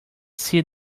see